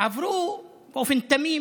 עברו באופן תמים